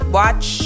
watch